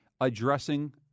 addressing